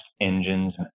engines